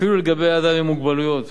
אפילו לגבי אדם עם מוגבלויות,